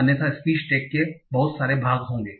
अन्यथा speech tag के बहुत सारे भाग होंगे